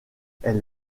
elle